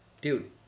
dude